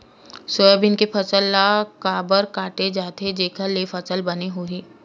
Soybean के फसल ल काबर काटे जाथे जेखर ले फसल बने होही?